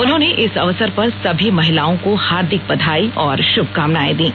उन्होंने इस अवसर पर सभी महिलाओं को हार्दिक बधाई और शुभकामनाएं दीं